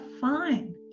fine